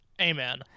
Amen